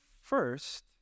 First